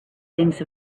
things